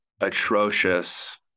atrocious